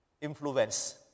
influence